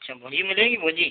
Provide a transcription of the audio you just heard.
अच्छा मुंझी मिलेगी मुंझी